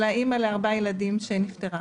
האימא בהיריון לארבעה ילדים שנפטרה,